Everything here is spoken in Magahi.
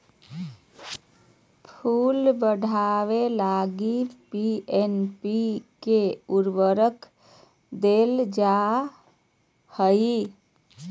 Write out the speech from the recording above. फूल बढ़ावे लगी एन.पी.के उर्वरक देल जा हइ